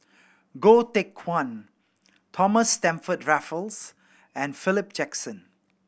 Goh Teck Phuan Thomas Stamford Raffles and Philip Jackson